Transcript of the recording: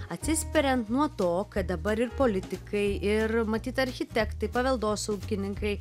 atsispiriant nuo to kad dabar ir politikai ir matyt architektai paveldosaugininkai